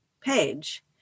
page